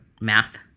math